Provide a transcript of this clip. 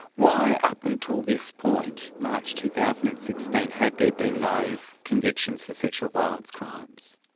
why up until this point, march two thousand and sixteen, had there been no convictions for sexual violence crimes?